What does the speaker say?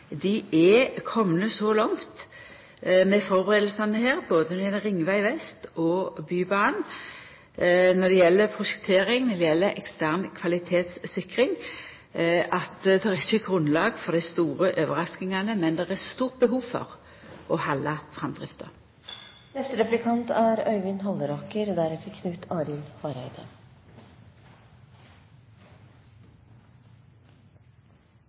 Dei er komne så langt med førebuingane her, både når det gjeld Ringveg vest og Bybanen, med prosjektering og ekstern kvalitetssikring at det ikkje er grunnlag for dei store overraskingane. Men det er eit stort behov for å halda framdrifta. Det er